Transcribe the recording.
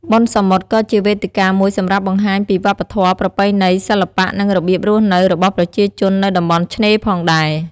បុណ្យសមុទ្រក៏ជាវេទិកាមួយសម្រាប់បង្ហាញពីវប្បធម៌ ប្រពៃណី សិល្បៈ និងរបៀបរស់នៅរបស់ប្រជាជននៅតំបន់ឆ្នេរផងដែរ។